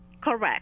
correct